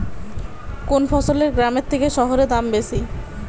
কোন ফসলের গ্রামের থেকে শহরে দাম বেশি?